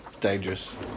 dangerous